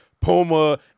Puma